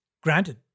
Granted